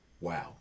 Wow